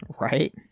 Right